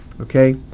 okay